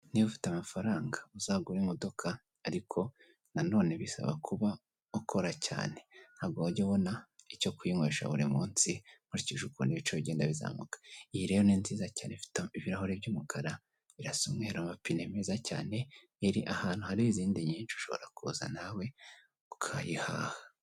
Niba ufite amafaranga uzagure imodoka ariko nanone bisaba kuba ukora cyane ntabwo wajya ubona icyo kuyinywesha buri munsi nkurikije uko ibiciro bigenda bizamuka. Iyi rero ni nziza cyane ifite ibirahuri by'umukara birasa umweru, amapine meza cyane iri ahantu hari izindi nyinshi ushobora kuza nawe ukayihaha.